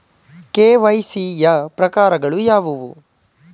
KYC ಯ ಪ್ರಕಾರಗಳು ಯಾವುವು?